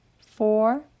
four